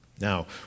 Now